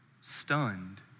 stunned